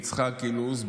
יצחק אילוז,